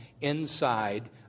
inside